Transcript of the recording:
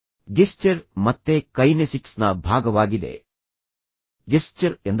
gesture ಮತ್ತೆ ಕೈನೆಸಿಕ್ಸ್ನ ಭಾಗವಾಗಿದೆ ಗೆಸ್ಚರ್ ಎಂದರೇನು